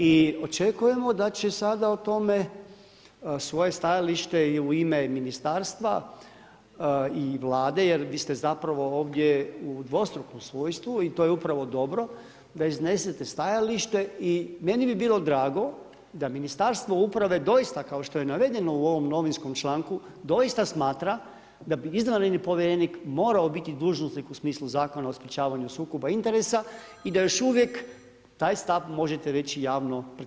I očekujemo da će sada o tome svoje stajalište i u ime ministarstva i Vlade jer vi ste zapravo ovdje u dvostrukom svojstvu i to je upravo dobro da iznesete stajalište i meni bi bilo drago da Ministarstvo uprave doista kao što je navedeno u ovom novinskom članku doista smatra da bi izvanredni povjerenik morao biti dužnosnik u smislu Zakona o sprečavanju sukoba interesa i da još uvijek taj stav možete reći javno pred hrvatskom javnošću.